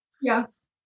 Yes